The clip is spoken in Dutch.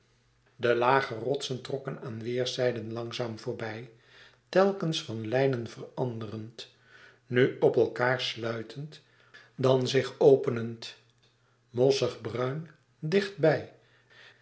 de lage rotsen trokken aan weêrszijden langzaam voorbij telkens van lijnen veranderend nu op elkaâr sluitend dan zich openend mossig bruin dichtbij